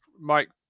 Mike